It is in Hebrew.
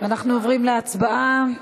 אנחנו עוברים להצבעה.